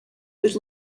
with